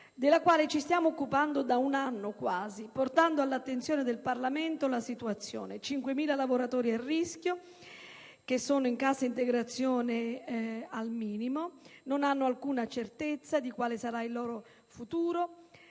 della quale ci stiamo occupando da quasi un anno, portando all'attenzione del Parlamento la situazione. Ci sono cinquemila lavoratori a rischio che sono in cassa integrazione al minimo e non hanno alcuna certezza su quale sarà il loro futuro